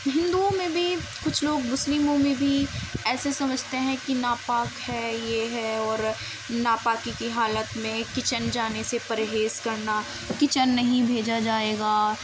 ہندوؤں میں بھی کچھ لوگ مسلموں میں بھی ایسے سمجھتے ہیں کہ ناپاک ہے یہ ہے اور ناپاکی کی حالت میں کچن جانے سے پرہیز کرنا کچن نہیں بھیجا جائے گا